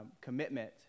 commitment